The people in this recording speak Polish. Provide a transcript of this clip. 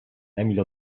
emil